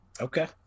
Okay